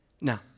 Now